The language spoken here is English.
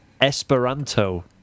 Esperanto